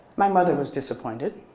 my mother was disappointed.